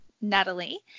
Natalie